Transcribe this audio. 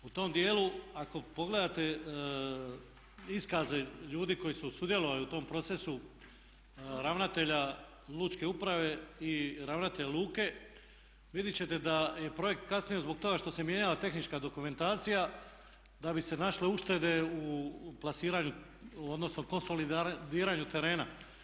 U tom dijelu ako pogledate iskaze ljudi koji su sudjelovali u tom procesu ravnatelja Lučke uprave i ravnatelja luke vidjet ćete da je projekt kasnio zbog toga što se mijenjala tehnička dokumentacija da bi se našle uštede u plasiranju, odnosno konsolidiranju terena.